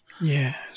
Yes